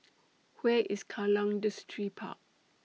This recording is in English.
Where IS Kallang Distripark